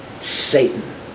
Satan